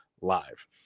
live